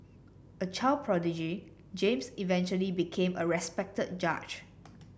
a child prodigy James eventually became a respected judge